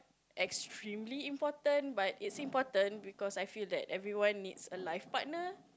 extremely important but it's important because I feel that everyone needs a life partner